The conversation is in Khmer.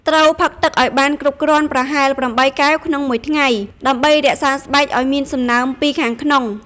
ត្រូវផឹកទឹកឱ្យបានគ្រប់គ្រាន់ ប្រហែល ៨ កែវក្នុងមួយថ្ងៃ ដើម្បីរក្សាស្បែកឱ្យមានសំណើមពីខាងក្នុង ។